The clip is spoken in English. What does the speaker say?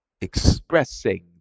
expressing